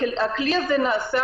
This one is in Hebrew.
הכלי הזה נעשה